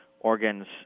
organs